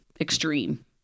Extreme